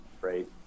right